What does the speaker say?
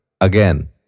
Again